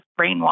brainwash